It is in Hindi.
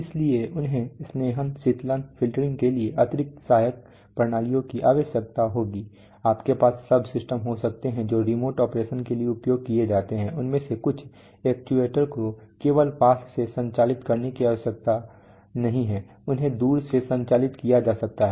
इसलिए उन्हें स्नेहन शीतलन फ़िल्टरिंग आदि के लिए अतिरिक्त सहायक प्रणालियों की आवश्यकता होगी आपके पास सबसिस्टम हो सकते हैं जो रिमोट ऑपरेशन के लिए उपयोग किए जाते हैं इनमें से कुछ एक्चुएटर्स को केवल पास से संचालित करने की आवश्यकता नहीं है उन्हें दूर से संचालित किया जा सकता है